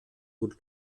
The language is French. gaulle